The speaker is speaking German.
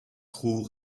crew